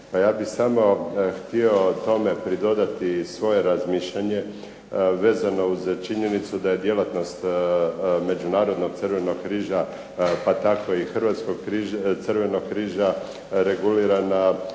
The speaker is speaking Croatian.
Pa ja bih samo htio tome pridodati svoje razmišljanje vezano uz činjenicu da je djelatnost Međunarodnog Crvenog križa pa tako i Hrvatskog Crvenog križa regulirana